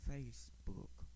Facebook